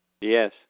Yes